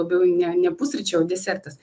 labiau į ne ne pusryčiai o desertas